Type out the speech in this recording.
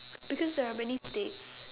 because there are many states